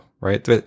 right